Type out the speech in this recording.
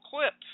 clips